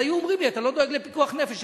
אז היו אומרים לי: אתה לא דואג לפיקוח נפש,